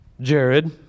Jared